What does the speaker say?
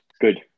Good